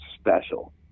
special